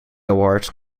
award